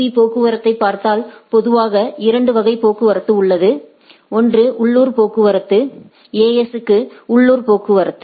பீ போக்குவரத்தைப் பார்த்தால் பொதுவாக இரண்டு வகை போக்குவரத்து உள்ளது ஒன்று உள்ளூர் போக்குவரத்து ஏஎஸ் க்கு உள்ளூர் போக்குவரத்து